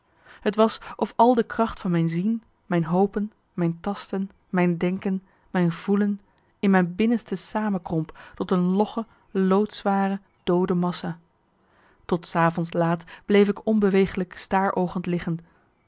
t was of al de kracht van mijn zien mijn hopen mijn tasten mijn denken mijn voelen in mijn binnenste samekromp tot een logge loodzware doode massa tot s avonds laat bleef ik onbeweeglijk staroogend liggen